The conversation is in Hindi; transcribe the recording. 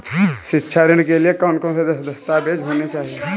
शिक्षा ऋण के लिए कौन कौन से दस्तावेज होने चाहिए?